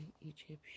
Egyptian